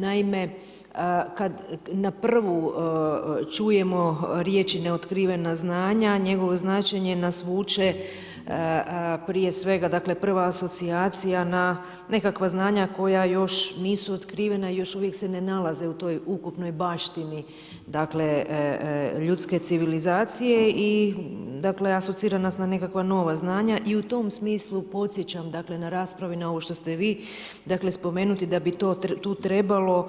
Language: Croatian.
Naime, kad na prvu čujemo riječ neotkrivena znanja njegovo značenje nas vuče prije svega, dakle prva asocijacija na nekakva znanja koja još nisu otkrivena i još uvijek se ne nalaze u toj ukupnoj baštini ljudske civilizacije i dakle asocira nas na nekakva nova znanja i u tom smislu podsjećam dakle na raspravu i na ovo što ste vi dakle spomenuli da bi tu trebalo